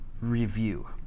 review